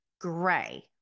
gray